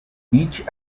each